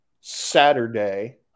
Saturday